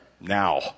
now